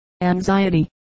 anxiety